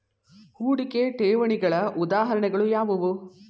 ಹೂಡಿಕೆ ಠೇವಣಿಗಳ ಉದಾಹರಣೆಗಳು ಯಾವುವು?